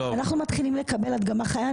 אנחנו מתחילים לקבל הדגמה חיה.